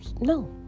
No